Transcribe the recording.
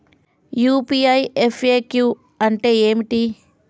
UPI FAQ అంటే ఏమిటి?